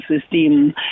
system